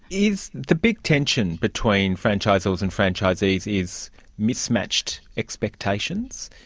is the big tension between franchisors and franchisees mismatched expectations?